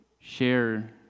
share